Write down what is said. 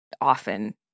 often